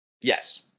Yes